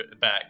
back